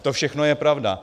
To všechno je pravda.